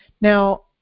Now